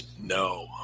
No